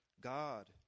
God